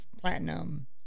platinum